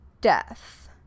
death